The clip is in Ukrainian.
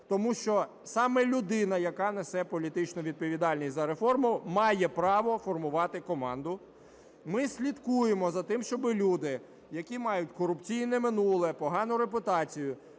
тому що саме людина, яка несе політичну відповідальність за реформу, має право формувати команду. Ми слідкуємо за тим, щоби люди, які мають корупційне минуле, погану репутацію,